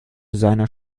seiner